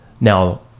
Now